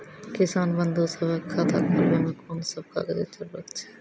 किसान बंधु सभहक खाता खोलाबै मे कून सभ कागजक जरूरत छै?